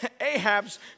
Ahab's